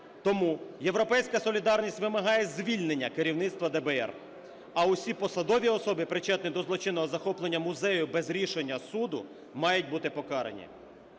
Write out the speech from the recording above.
Тому "Європейська солідарність" вимагає звільнення керівництва ДБР, а усі посадові особи, причетні до злочинного захоплення музею без рішення суду, мають бути покарані.